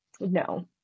No